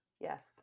yes